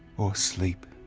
or sleep?